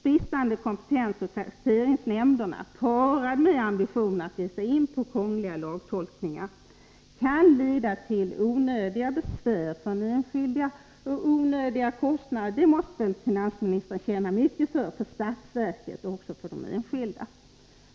Bristande kompetens hos taxeringsnämnderna, parad med ambitioner att ge sig in på krångliga lagtolkningar, kan leda till onödiga besvär för den enskilde och onödiga kostnader — det måste finansministern känna mycket för — för statsverket och även för de enskilda.